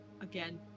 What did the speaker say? Again